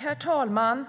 Herr talman!